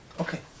okay